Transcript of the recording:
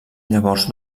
llavors